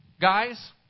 guys